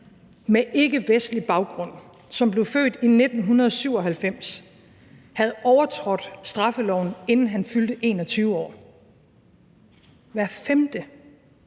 med ikkevestlig baggrund, som blev født i 1997, havde overtrådt straffeloven, inden han fyldte 21 år – hver femte.